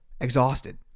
exhausted